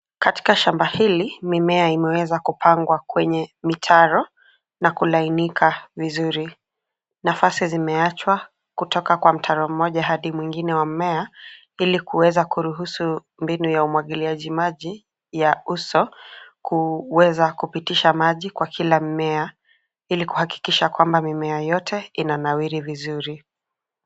Katika shamba hili, mimea imeweza kupangwa kwenye mitaro na kulainika vizuri. Nafasi zimeachwa kutoka kwa mtaro mmoja hadi mwingine wa mmea ili kuweza kuruhusu mbinu ya umwagiliaji maji ya uso, kuweza kupitisha maji kwa kila mmea ili kuhakikisha kwamba mimea yote inanawiri vizuri.